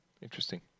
Interesting